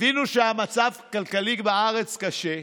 הבינו שהמצב הכלכלי בארץ קשה,